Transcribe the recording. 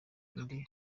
undi